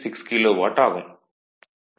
36 kilowatt ஆகும்